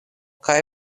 kaj